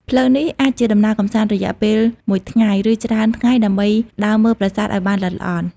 ផ្លូវនេះអាចជាដំណើរកម្សាន្តរយៈពេលមួយថ្ងៃ ឬច្រើនថ្ងៃដើម្បីដើរមើលប្រាសាទឱ្យបានល្អិតល្អន់។